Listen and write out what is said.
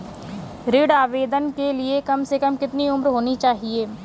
ऋण आवेदन के लिए कम से कम कितनी उम्र होनी चाहिए?